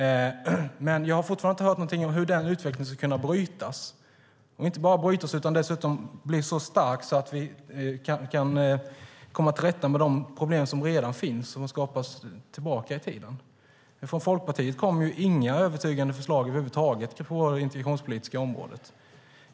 Men jag har fortfarande inte hört någonting om hur den utvecklingen ska kunna brytas och dessutom hur insatserna ska bli så starka att vi kan komma till rätta med de problem som redan finns och som har skapats tidigare. Från Folkpartiet kommer inga övertygande förslag över huvud taget på det integrationspolitiska området.